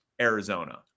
Arizona